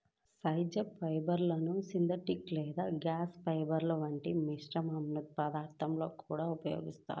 సహజ ఫైబర్లను సింథటిక్ లేదా గ్లాస్ ఫైబర్ల వంటి మిశ్రమ పదార్థాలలో కూడా ఉపయోగిస్తారు